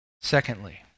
Secondly